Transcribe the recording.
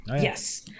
Yes